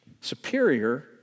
superior